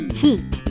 heat